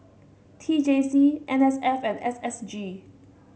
T J C N S F and S S G